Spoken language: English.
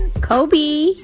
Kobe